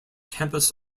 campus